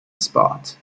spot